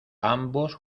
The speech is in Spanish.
ambos